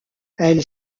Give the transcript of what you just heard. elle